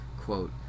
Quote